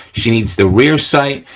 she needs the rear sight,